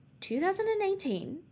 2018